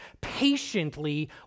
patiently